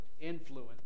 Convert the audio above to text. influence